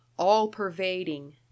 all-pervading